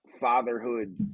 fatherhood